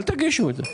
אל תגישו את זה.